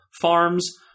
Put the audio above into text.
farms